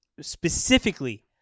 Specifically